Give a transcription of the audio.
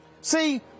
See